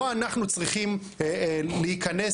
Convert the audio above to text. לא אנחנו צריכים להיכנס.